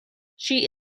she